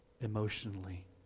emotionally